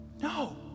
No